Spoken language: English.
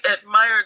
admired